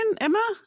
Emma